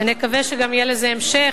ונקווה שגם יהיה לזה המשך,